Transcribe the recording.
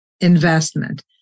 investment